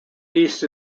east